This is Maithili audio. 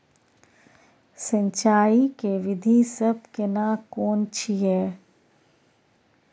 सिंचाई के विधी सब केना कोन छिये?